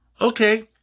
Okay